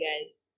guys